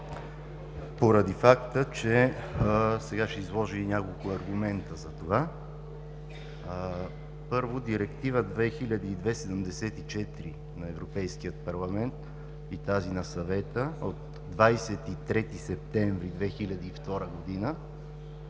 госпожа Бъчварова. Ще изложа и няколко аргумента за това. Първо, Директива 2002/74 на Европейския парламент и тази на Съвета от 23 септември 2002 г.